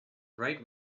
write